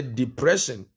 depression